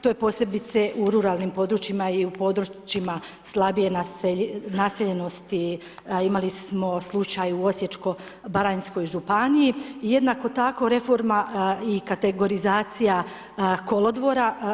To je posebice u ruralnim područjima i u područjima slabije naseljenosti, imali smo slučaj u Osječko-baranjskoj županiji i jednako tako reforma i kategorizacija kolodvora.